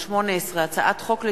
פ/3398/18 וכלה בהצעת חוק פ/3414/18,